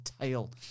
tail